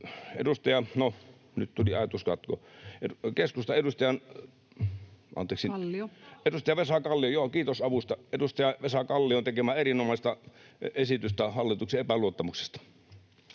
avusta — tekemää erinomaista esitystä hallituksen epäluottamuksesta.